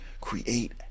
Create